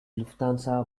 lufthansa